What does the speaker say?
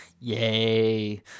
Yay